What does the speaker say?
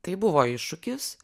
tai buvo iššūkis